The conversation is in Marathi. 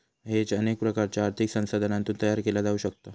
हेज अनेक प्रकारच्यो आर्थिक साधनांतून तयार केला जाऊ शकता